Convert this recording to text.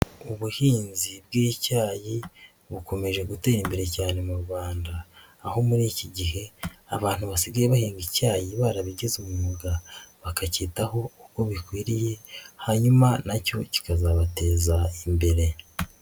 Ubuhinzi bw'icyayi bukomeje gutera imbere cyane mu Rwanda, aho muri iki gihe abantu basigaye bahinga icyayi barabigize umwuga, bakacyitaho uko bikwiriye hanyuma na cyo kikazabateza imbere.